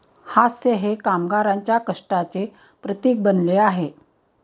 हास्य हे कामगारांच्या कष्टाचे प्रतीक बनले आहे